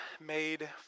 made